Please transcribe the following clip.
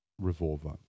Revolver